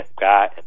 guy